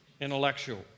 intellectual